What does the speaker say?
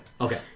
Okay